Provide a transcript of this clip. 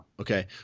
Okay